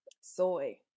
soy